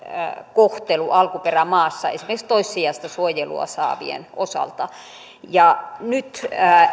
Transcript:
kohtelu alkuperämaassa esimerkiksi toissijaista suojelua saavien osalta ja nyt